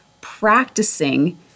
practicing